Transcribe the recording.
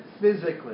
physically